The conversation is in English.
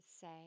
say